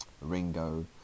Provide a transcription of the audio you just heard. Ringo